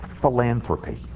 philanthropy